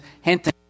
hint